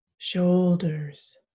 shoulders